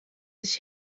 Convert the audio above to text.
sich